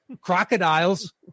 crocodiles